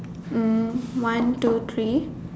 um one two three